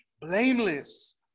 blameless